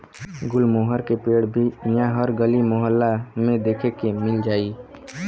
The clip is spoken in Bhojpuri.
गुलमोहर के पेड़ भी इहा हर गली मोहल्ला में देखे के मिल जाई